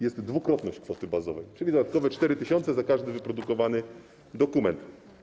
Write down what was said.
jest dwukrotność kwoty bazowej, czyli dodatkowe 4 tys. za każdy wyprodukowany dokument.